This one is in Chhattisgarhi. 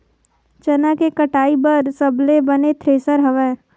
चना के कटाई बर सबले बने थ्रेसर हवय?